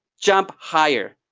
jump higher.